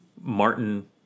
Martin